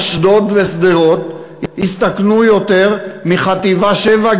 אשדוד ושדרות הסתכנו יותר מחטיבה 7,